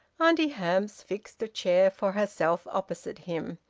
auntie hamps fixed a chair for herself opposite him,